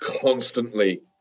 constantly